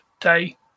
Day